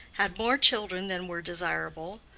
had more children than were desirable,